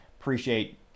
appreciate